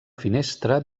finestra